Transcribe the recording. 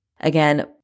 Again